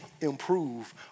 improve